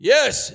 Yes